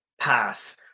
pass